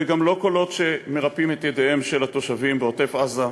וגם לא קולות שמרפים את ידיהם של התושבים בעוטף-עזה,